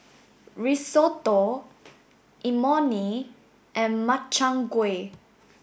Risotto Imoni and Makchang gui